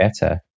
better